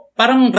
parang